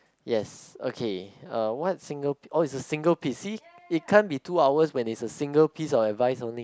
yes okay uh what Singap~ oh is a single piece it can't be two hours when it was a single piece of advice only